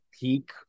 peak